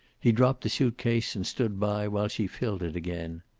he dropped the suitcase and stood by while she filled it again.